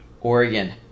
Oregon